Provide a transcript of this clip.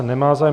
Nemá zájem.